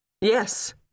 Yes